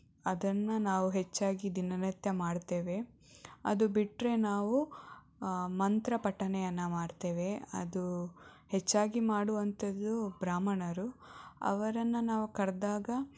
ಅದನ್ನು ನಾವು ಹೆಚ್ಚಾಗಿ ದಿನನಿತ್ಯ ಮಾಡ್ತೇವೆ ಅದು ಬಿಟ್ಟರೆ ನಾವು ಮಂತ್ರಪಠಣೆಯನ್ನು ಮಾಡ್ತೇವೆ ಅದು ಹೆಚ್ಚಾಗಿ ಮಾಡುವಂಥದ್ದು ಬ್ರಾಹ್ಮಣರು ಅವರನ್ನು ನಾವು ಕರೆದಾಗ